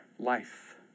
life